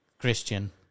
Christian